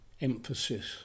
emphasis